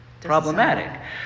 problematic